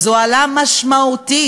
זו העלאה משמעותית.